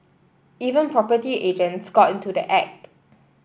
even property agents got into the act